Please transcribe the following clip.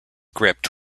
gripped